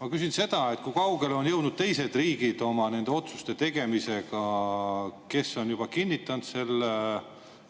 intressimaksesse. Kui kaugele on jõudnud teised riigid nende otsuste tegemisega? Kes on juba kinnitanud selle